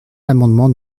l’amendement